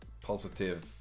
positive